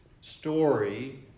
story